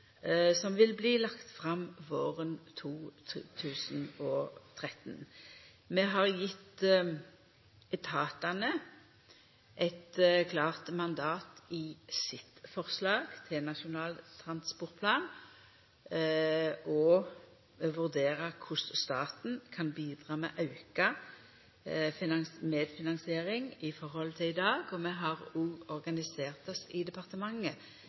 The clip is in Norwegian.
som vil bli lagd fram våren 2013. Vi har gjeve etatane eit klart mandat for deira forslag til Nasjonal transportplan – å vurdera korleis staten kan bidra med auka medfinansiering i forhold til i dag. Vi har i departementet